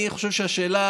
אני חושב שהשאלה,